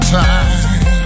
time